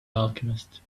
alchemist